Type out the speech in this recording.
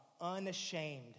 unashamed